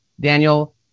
daniel